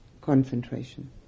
concentration